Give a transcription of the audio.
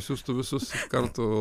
siųstų visus kartų